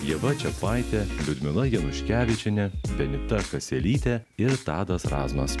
ieva čiapaitė liudmila januškevičienė benita kaselytė ir tadas razmas